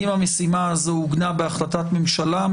אם המשימה הזאת עוגנה בהחלטת ממשלה,